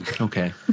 okay